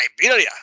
Siberia